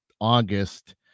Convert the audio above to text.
August